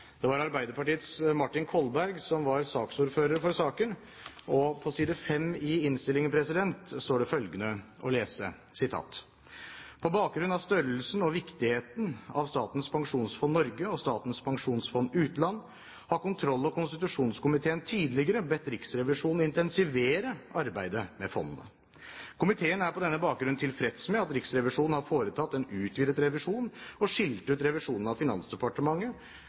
Det var Arbeiderpartiets Martin Kolberg som var saksordfører for saken, og på side 5 i innstillingen står følgende å lese: «På bakgrunn av størrelsen og viktigheten av Statens pensjonsfond Norge og Statens pensjonsfond utland har kontroll- og konstitusjonskomiteen tidligere bedt Riksrevisjonen intensivere arbeidet med fondene. Komiteen er på denne bakgrunn tilfreds med at Riksrevisjonen har foretatt en utvidet revisjon og skilt ut revisjonen av